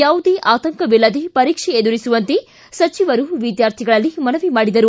ಯಾವುದೇ ಆತಂಕವಿಲ್ಲದೆ ಪರೀಕ್ಷೆ ಎದುರಿಸುವಂತೆ ಸಚಿವರು ವಿದ್ಯಾರ್ಥಿಗಳಲ್ಲಿ ಮನವಿ ಮಾಡಿದರು